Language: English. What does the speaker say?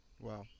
Wow